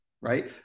right